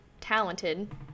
talented